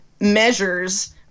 measures—